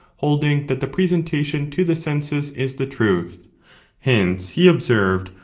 holding that the presentation to the senses is the truth hence, he observed,